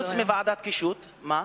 חוץ מוועדת קישוט, מה?